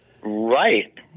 Right